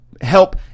help